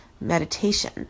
meditation